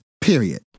period